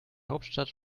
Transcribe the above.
hauptstadt